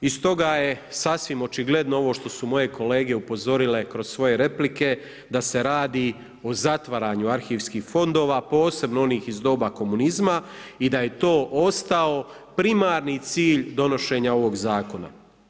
I stoga je sasvim očigledno ovo što su moje kolege upozorile kroz svoje replike da se radi o zatvaranju arhivskih fondova posebno onih iz doba komunizma i da je to ostao primarni cilj donošenja ovog zakona.